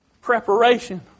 Preparation